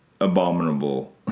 abominable